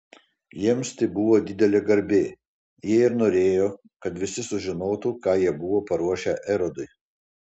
jiems tai buvo didelė garbė jie ir norėjo kad visi sužinotų ką jie buvo paruošę erodui